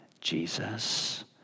Jesus